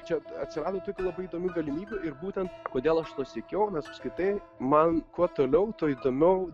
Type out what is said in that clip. čia atsirado tokių labai įdomių galimybių ir būtent kodėl aš to siekiau nes apskritai man kuo toliau tuo įdomiau